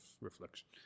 reflection